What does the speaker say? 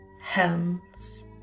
hands